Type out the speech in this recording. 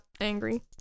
angry